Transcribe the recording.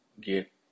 get